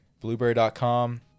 Blueberry.com